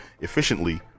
efficiently